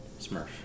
Smurf